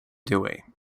dewey